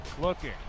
Looking